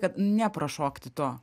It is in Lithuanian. kad neprašokti to